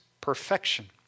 perfection